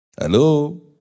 Hello